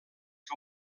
que